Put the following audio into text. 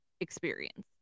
experience